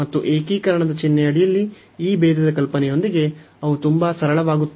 ಮತ್ತು ಏಕೀಕರಣದ ಚಿಹ್ನೆಯಡಿಯಲ್ಲಿ ಈ ಭೇದದ ಕಲ್ಪನೆಯೊಂದಿಗೆ ಅವು ತುಂಬಾ ಸರಳವಾಗುತ್ತವೆ